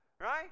Right